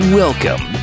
welcome